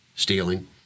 Stealing